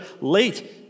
late